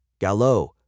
Gallo